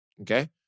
Okay